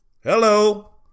Hello